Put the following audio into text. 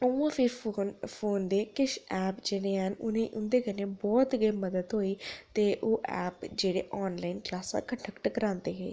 उ'आं फ्ही phone phone दे किश ऐप्प जेह्ड़े हैन उ'नें उं'दे कन्नै बौह्त गै मदद थ्होई ते ओह् ऐप्प जेह्ड़े आनलाइन क्लासां कंडक्ट करांदे हे